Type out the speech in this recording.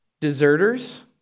Deserters